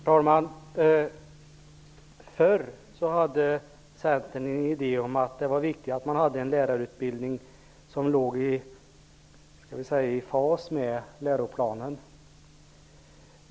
Herr talman! Tidigare hade Centern en idé om att det var viktigare att man hade en lärarutbildning som låg i fas med läroplanen.